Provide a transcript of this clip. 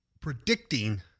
predicting